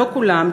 לא כולם,